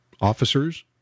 officers